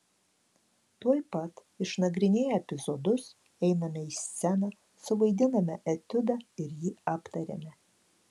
tuoj pat išnagrinėję epizodus einame į sceną suvaidiname etiudą ir jį aptariame